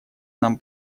нам